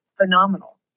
phenomenal